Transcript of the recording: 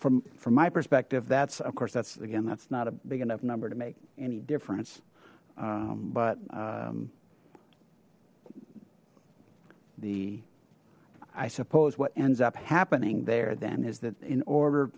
from from my perspective that's of course that's again that's not a big enough number to make any difference but the i suppose what ends up happening there then is that in order